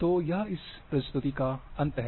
तो यह इस प्रस्तुति का अंत है